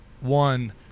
one